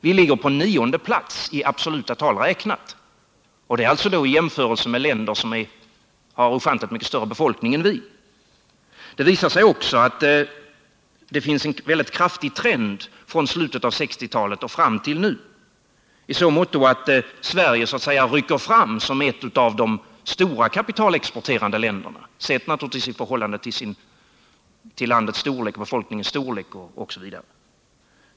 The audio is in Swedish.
Vi ligger på nionde plats i absoluta tal räknat, och det är i jämförelse med länder som har ofantligt mycket större befolkning än vi. Det visar sig också att det finns en mycket kraftig trend från slutet av 1960-talet och fram till nu i så måtto att Sverige så att säga rycker fram som ett av de stora kapitalexporterande länderna, naturligtvis sett i förhållande till landets och befolkningens storlek osv.